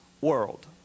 world